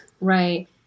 right